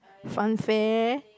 funfair